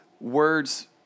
words